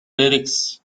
lyrics